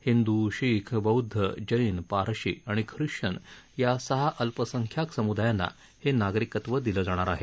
हिंदू शीख बौद्ध जैन पारशी आणि खिश्चन या सहा अल्पसंख्याक सम्दायांना हे नागरिकत्व दिलं जाणार आहे